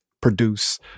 produce